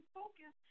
focus